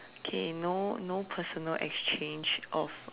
okay no no personal exchange of